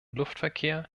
luftverkehr